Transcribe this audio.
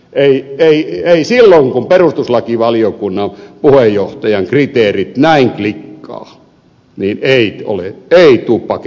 ei silloin kun perustuslakivaliokunnan puheenjohtajan kriteerit näin klikkaavat tule pakettia niin sanotusti